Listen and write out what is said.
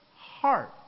heart